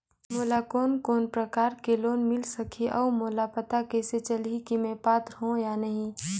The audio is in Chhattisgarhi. मोला कोन कोन प्रकार के लोन मिल सकही और मोला पता कइसे चलही की मैं पात्र हों या नहीं?